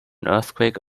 earthquake